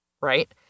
right